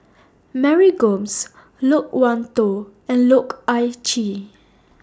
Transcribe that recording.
Mary Gomes Loke Wan Tho and Loh Ah Chee